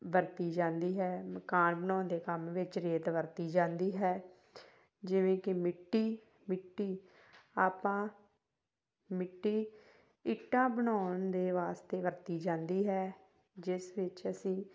ਵਰਤੀ ਜਾਂਦੀ ਹੈ ਮਕਾਨ ਬਣਾਉਣ ਦੇ ਕੰਮ ਵਿੱਚ ਰੇਤ ਵਰਤੀ ਜਾਂਦੀ ਹੈ ਜਿਵੇਂ ਕਿ ਮਿੱਟੀ ਮਿੱਟੀ ਆਪਾਂ ਮਿੱਟੀ ਇੱਟਾਂ ਬਣਾਉਣ ਦੇ ਵਾਸਤੇ ਵਰਤੀ ਜਾਂਦੀ ਹੈ ਜਿਸ ਵਿੱਚ ਅਸੀਂ